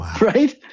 right